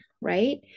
Right